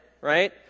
right